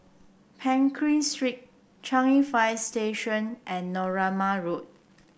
Pekin Street Changi Fire Station and Narooma Road